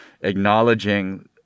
acknowledging